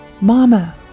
Mama